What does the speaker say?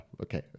Okay